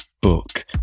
book